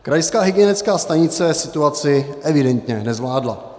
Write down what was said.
Krajská hygienická stanice situaci evidentně nezvládla.